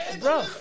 bro